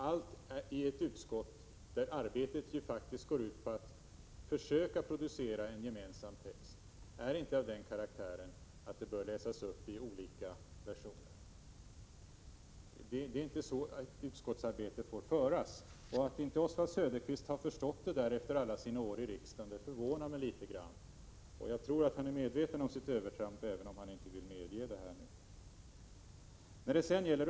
Allt i ett utskott, där arbetet faktiskt går ut på att försöka producera en gemensam text, är inte av den karaktären att det bör läsas upp i olika versioner. Det är inte så utskottsarbete får bedrivas. Att inte Oswald Söderqvist har förstått det efter alla sina år i riksdagen förvånar mig litet grand. Jag tror att han är medveten om sitt övertramp, även om han inte vill medge det nu.